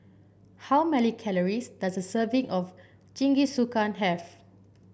how many calories does a serving of Jingisukan have